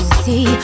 see